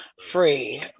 free